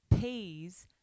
peas